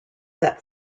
that